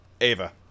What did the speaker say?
Ava